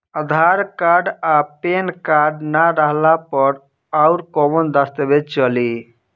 आधार card आ PAN card ना रहला पर अउरकवन दस्तावेज चली?